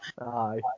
Aye